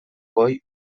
goi